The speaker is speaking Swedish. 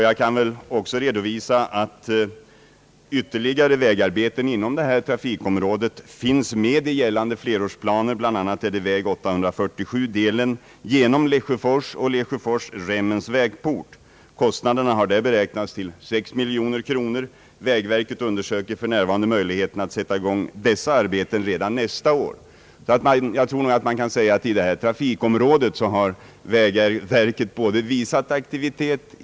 Jag kan också redovisa att ytterligare vägarbeten inom detta trafikområde finns med i gällande flerårsplaner. Bland annat är det väg 847, delen genom Lesjöfors och Lesjöfors—Rämmens vägport. Kostnaderna har här beräknats till 6 miljoner kronor. Vägverket undersöker för närvarande möjligheterna att sätta i gång dessa arbeten redan nästa år. Jag tror nog man kan säga att vägverket har visat aktivitet i detta trafikområde.